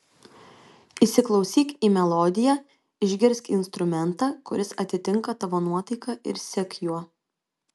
įsiklausyk į melodiją išgirsk instrumentą kuris atitinka tavo nuotaiką ir sek juo